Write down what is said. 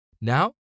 Now